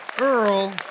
Earl